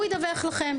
והוא ידווח לכם.